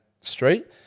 street